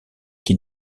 qui